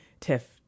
Tiff